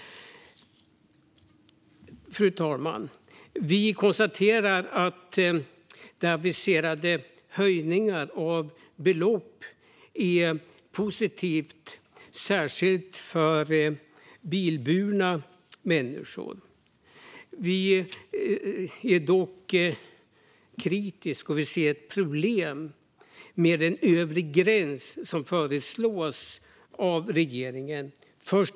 Fru talman! Vi konstaterar att de aviserade höjningarna av belopp är positiva, särskilt för bilburna människor. Vi är dock kritiska till och ser ett problem med den övre gräns som föreslås av regeringen.